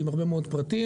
עם הרבה מאוד פרטים.